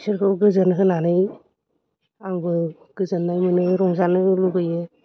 बिसोरखौ गोजोन होनानै आंबो गोजोन्नाय मोनो रंजानो लुगैयो